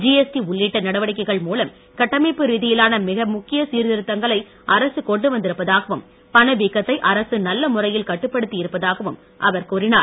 GST உள்ளிட்ட நடவடிக்கைகள் மூலம் கட்டமைப்பு ரீதியிலான மிக முக்கிய சீர்த்திருத்தங்களை அரசு கொண்டு வந்திருப்பதாகவும் பணவீக்கத்தை அரசு நல்ல முறையில் கட்டுப்படுத்தி இருப்பதாகவும் அவர் கூறினார்